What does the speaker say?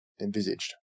envisaged